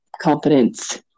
confidence